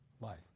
life